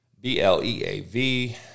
B-L-E-A-V